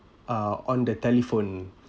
uh on the telephone